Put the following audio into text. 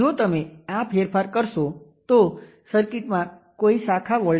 તો હવે આ Vx છે અને Vx ખાલી માઇનસ V ટેસ્ટ બરાબર છે